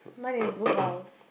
mine is Book House